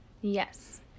Yes